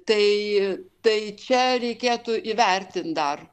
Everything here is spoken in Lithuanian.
tai tai čia reikėtų įvertint dar